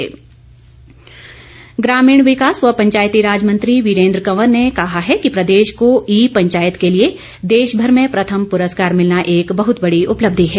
वीरेन्द्र कंवर ग्रामीण विकास व पंचायती राज मंत्री वीरेंद्र कंवर ने कहा है कि प्रदेश को ई पंचायत के लिए देशभर में प्रथम प्रस्कार मिलना एक बहत बड़ी उपलब्धि है